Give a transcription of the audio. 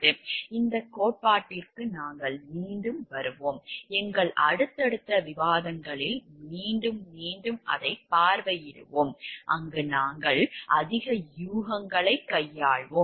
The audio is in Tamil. இந்த கோட்பாட்டிற்கு நாங்கள் மீண்டும் வருவோம் எங்கள் அடுத்தடுத்த விவாதங்களில் மீண்டும் மீண்டும் அதைப் பார்வையிடுவோம் அங்கு நாங்கள் அதிக யூகங்களைக் கையாள்வோம்